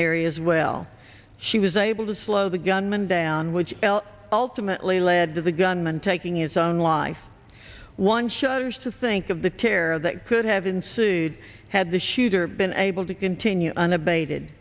areas well she was able to slow the gunman down which l ultimately led to the gunman taking his own life one shudders to think of the terror that could have ensued had the shooter been able to continue un